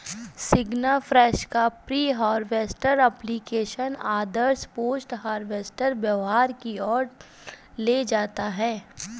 सिग्नाफ्रेश का pre harvest application आदर्श post harvest व्यवहार की ओर ले जाता है